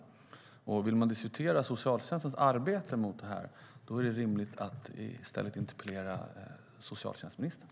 Om man vill diskutera socialtjänstens arbete mot detta är det rimligt att i stället interpellera socialtjänstministern.